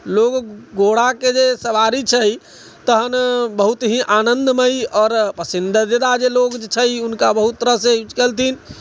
लोग घोड़ा के जे सवारी छै तहन बहुत ही आनन्दमय आओर पसन्दीदा जे लोग छै उनका बहुत तरह से यूज केलथिन